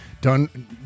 done